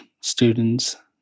students